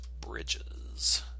Bridges